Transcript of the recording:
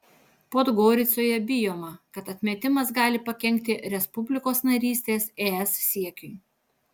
podgoricoje bijoma kad atmetimas gali pakenkti respublikos narystės es siekiui